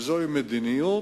וזוהי מדיניות,